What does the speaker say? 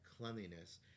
cleanliness